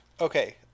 okay